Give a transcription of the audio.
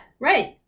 right